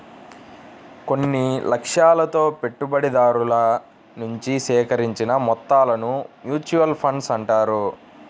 కొన్ని లక్ష్యాలతో పెట్టుబడిదారుల నుంచి సేకరించిన మొత్తాలను మ్యూచువల్ ఫండ్స్ అంటారు